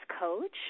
coach